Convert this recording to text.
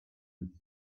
with